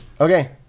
Okay